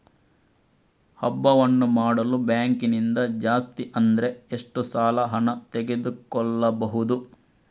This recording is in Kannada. ಹಬ್ಬವನ್ನು ಮಾಡಲು ಬ್ಯಾಂಕ್ ನಿಂದ ಜಾಸ್ತಿ ಅಂದ್ರೆ ಎಷ್ಟು ಸಾಲ ಹಣ ತೆಗೆದುಕೊಳ್ಳಬಹುದು?